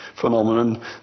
phenomenon